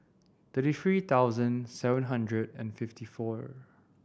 thirty three thousand seven hundred and fifty four